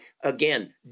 again